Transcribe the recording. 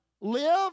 live